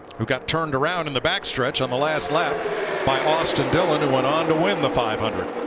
who got turned around in the back stretch on the last lap by austin dylan who went on to win the five hundred.